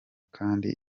kandi